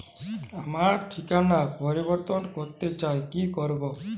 আমার ঠিকানা পরিবর্তন করতে চাই কী করব?